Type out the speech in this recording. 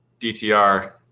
DTR